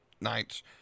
nights